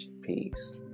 peace